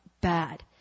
bad